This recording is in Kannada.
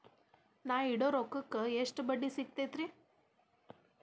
ನಾ ಇಡೋ ರೊಕ್ಕಕ್ ಎಷ್ಟ ಬಡ್ಡಿ ಸಿಕ್ತೈತ್ರಿ?